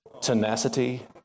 tenacity